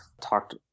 talked